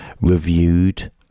reviewed